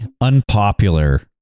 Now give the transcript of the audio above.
unpopular